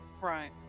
right